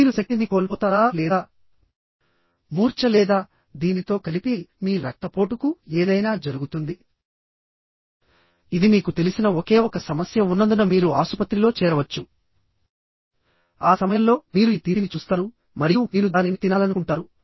మీరు శక్తిని కోల్పోతారా లేదా మూర్ఛ లేదా దీనితో కలిపి మీ రక్తపోటుకు ఏదైనా జరుగుతుందిఇది మీకు తెలిసిన ఒకే ఒక సమస్య ఉన్నందున మీరు ఆసుపత్రిలో చేరవచ్చు ఆ సమయంలో మీరు ఈ తీపిని చూస్తారు మరియు మీరు దానిని తినాలనుకుంటారు